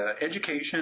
Education